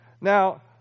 Now